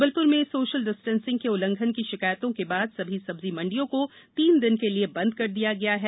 जबलपुर में social distancing के उल्लंघन की शिकायतों के बाद सभी सब्जी मंडियों को तीन दिन के लिए बंद कर दिया गया है